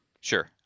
Sure